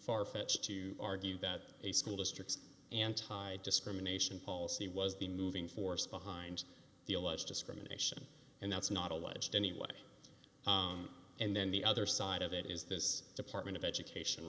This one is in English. far fetched to argue that a school district's anti discrimination policy was the moving force behind the alleged discrimination and that's not alleged anyway and then the other side of it is this department of education